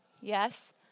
yes